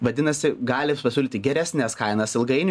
vadinasi gali pasiūlyti geresnes kainas ilgainiui